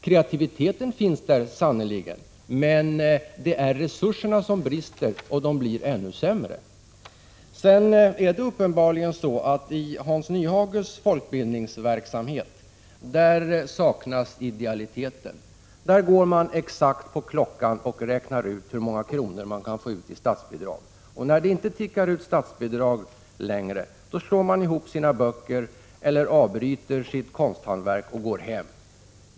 Kreativiteten finns där sannerligen — det är när det gäller resurserna som det brister, och de blir ännu sämre. I Hans Nyhages folkbildningsverksamhet saknas uppenbarligen idealiteten. Där går man exakt efter klockan och räknar ut hur många kronor man kan få ut i statsbidrag. När det inte längre tickar ut statsbidrag, slår man ihop sina böcker eller avbryter sitt konsthantverk och går hem.